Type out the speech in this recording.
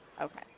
Okay